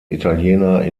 italiener